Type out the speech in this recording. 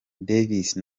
devis